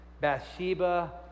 Bathsheba